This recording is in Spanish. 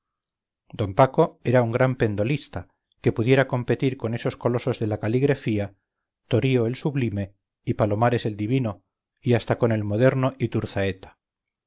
don paco era un gran pendolista que pudiera competir con esos colosos de la caligrafía torío el sublime y palomares el divino y hasta con el moderno